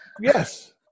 Yes